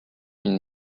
une